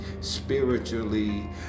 spiritually